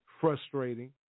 frustrating